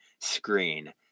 screen